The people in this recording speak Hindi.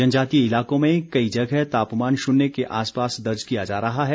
जनजातीय इलाकों में कई जगह तापमान शून्य के आसपास दर्ज किया जा रहा है